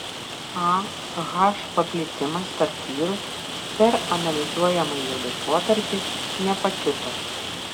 ah paplitimas tarp vyrų per analizuojamąjį laikotarpį nepakito